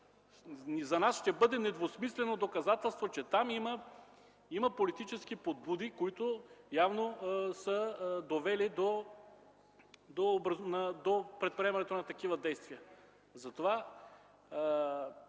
общини, ще бъде недвусмислено доказателство, че там има политически подбуди, които явно са довели до предприемането на такива действия. Затова